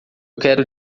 quero